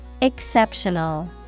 Exceptional